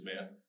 man